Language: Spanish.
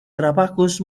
trabajos